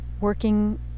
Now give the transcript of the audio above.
working